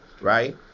right